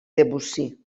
debussy